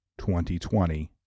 2020